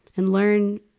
and learn,